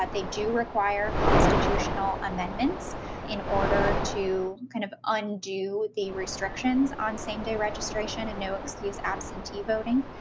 but they do require constitutional amendments in order to kind of undo the restrictions on same day registration and no excuse absentee voting,